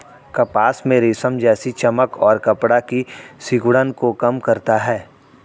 कपास में रेशम जैसी चमक और कपड़ा की सिकुड़न को कम करता है